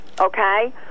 Okay